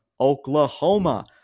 Oklahoma